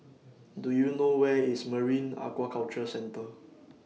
Do YOU know Where IS Marine Aquaculture Centre